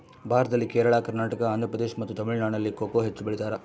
ಭಾರತದಲ್ಲಿ ಕೇರಳ, ಕರ್ನಾಟಕ, ಆಂಧ್ರಪ್ರದೇಶ್ ಮತ್ತು ತಮಿಳುನಾಡಿನಲ್ಲಿ ಕೊಕೊ ಹೆಚ್ಚು ಬೆಳಿತಾರ?